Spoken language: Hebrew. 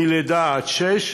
מלידה עד גיל שש,